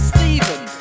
Stephen